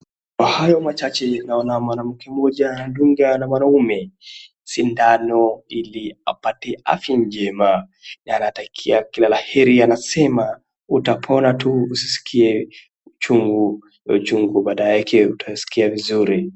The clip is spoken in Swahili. Kwa hayo machache naona mwanamke mmoja anadunga na mwanaume sindano ili apate afya njema, yaani hata akilala heri anasema utapona tu usiskie uchungu na uchungu baada yake utasikia vizuri.